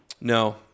No